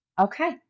Okay